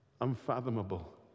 Unfathomable